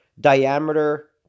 diameter